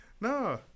No